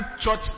church